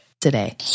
today